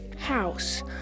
House